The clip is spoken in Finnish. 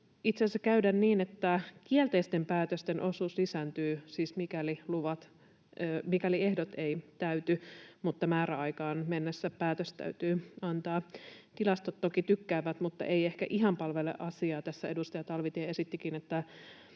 itse asiassa käydä niin, että kielteisten päätösten osuus lisääntyy, siis mikäli ehdot eivät täyty mutta määräaikaan mennessä päätös täytyy antaa? Tilastot toki tykkäävät, mutta ei ehkä ihan palvele asiaa. Tässä edustaja Talvitie esittikin, että